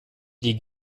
die